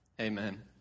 amen